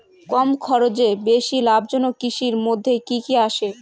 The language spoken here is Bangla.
কম খরচে বেশি লাভজনক কৃষির মইধ্যে কি কি আসে?